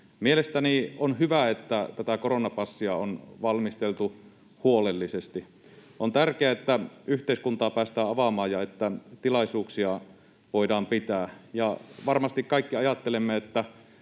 Mielestäni on hyvä, että tätä koronapassia on valmisteltu huolellisesti. On tärkeää, että yhteiskuntaa päästään avaamaan ja että tilaisuuksia voidaan pitää, ja varmasti kaikki ajattelemme, että